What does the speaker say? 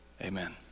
amen